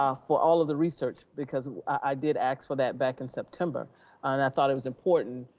ah for all of the research, because i did ask for that back in september and i thought it was important,